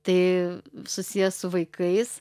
tai susiję su vaikais